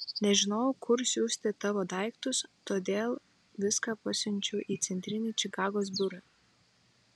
nežinojau kur siųsti tavo daiktus todėl viską pasiunčiau į centrinį čikagos biurą